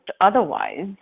otherwise